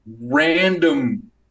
random